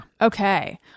Okay